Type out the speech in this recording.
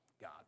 God